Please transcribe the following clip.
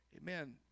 Amen